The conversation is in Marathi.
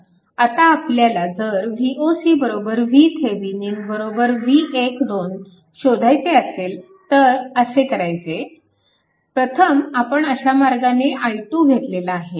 आता आपल्याला जर Voc VThevenin V12 शोधायचे असेल तर असे करायचे प्रथम आपण अशा मार्गाने i2 घेतलेला आहे